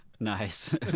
nice